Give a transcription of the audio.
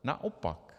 Naopak!